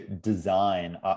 design